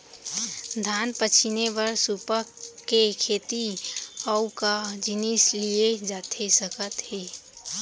धान पछिने बर सुपा के सेती अऊ का जिनिस लिए जाथे सकत हे?